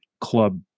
club